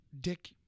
Dick